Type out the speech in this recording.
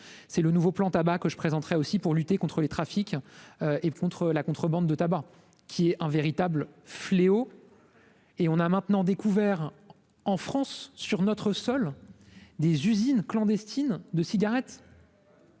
c'est le nouveau plan tabac que je présenterai aussi pour lutter contre les trafics et contre la contrebande de tabac qui est un véritable fléau. Et on a maintenant découvert en France sur notre sol des usines clandestines de cigarettes.